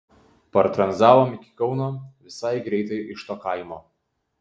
partranzavom iki kauno visai greitai iš to kaimo